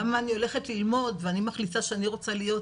למה אני הולכת ללמוד ואני מחליטה שאני רוצה להיות